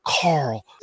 carl